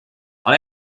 ale